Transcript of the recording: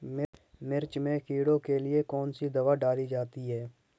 मिर्च में कीड़ों के लिए कौनसी दावा डाली जाती है?